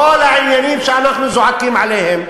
כל העניינים שאנחנו זועקים עליהם,